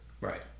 Right